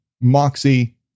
moxie